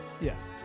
Yes